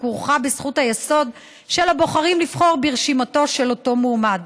וכרוכה בזכות היסוד של הבוחרים לבחור ברשימתו של אותו מועמד.